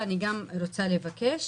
ואני גם רוצה לבקש,